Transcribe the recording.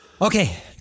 Okay